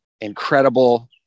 incredible